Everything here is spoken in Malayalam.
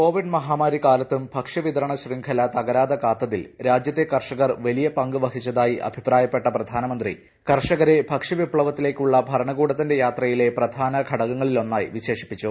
കോവിഡ് മഹാമാരി കാലത്തും ഭക്ഷ്യ വിത്രണ ശൃംഖല തകരാതെ കാത്തതിൽ രാജ്യത്തെ കർഷക്ർ വലിയ പങ്ക് വഹിച്ചതായി അഭിപ്രായപ്പെട്ട പ്രധാനമന്ത്രി കർഷകരെ ഭക്ഷ്യ വിപ്സവത്തിലേക്ക് ഉള്ള ഭരണകൂടത്തിന്റെ യാത്രിയിലെ പ്രധാന ഘടകങ്ങളിൽ ഒന്നായി വിശേഷിപ്പിച്ചു